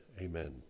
amen